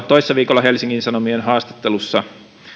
toissa viikolla helsingin sanomien haastattelussa